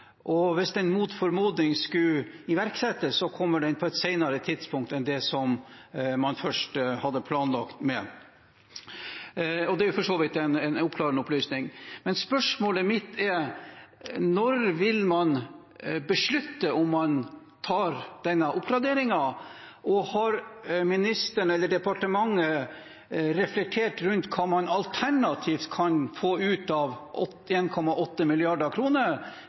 Og hvis den mot formodning skulle iverksettes, kommer den på et senere tidspunkt enn det man først hadde planlagt for. Det er for så vidt en oppklarende opplysning, men spørsmålet mitt er: Når vil man beslutte om man tar denne oppgraderingen, og har ministeren eller departementet reflektert rundt hva man alternativt kan få ut av